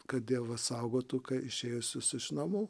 kad dievas saugotų kai išėjusius iš namų